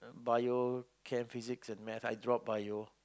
Bio Chem Physics and maths I drop Bio